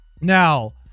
Now